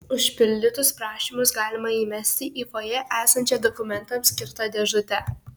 užpildytus prašymus galima įmesti į fojė esančią dokumentams skirtą dėžutę